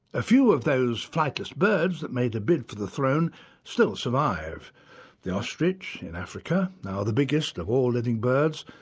a few of those flightless birds that made the bid for the throne still survive the ostrich in africa, now the biggest of all living birds,